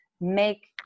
make